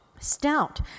Stout